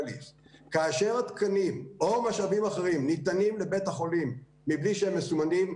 כאשר התקנים או משאבים אחרים ניתנים לבית החולים מבלי שהם מסומנים,